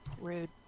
Rude